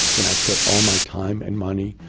that i've put all my time, and money,